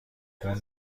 کورن